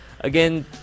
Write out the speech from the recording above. Again